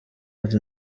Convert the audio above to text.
ati